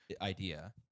idea